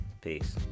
Peace